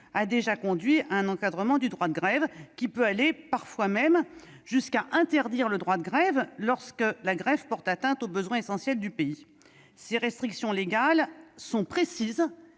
a déjà conduit à un encadrement du droit de grève, qui peut aller parfois jusqu'à l'interdiction de ce droit, lorsque la grève porte atteinte aux besoins essentiels du pays. Ces restrictions légales sont précises